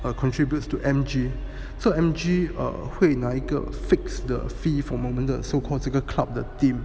err contributes to M_G so M_G err 会拿一个 fixed the fee for 我们的 so called club 的 team